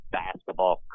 basketball